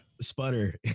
Sputter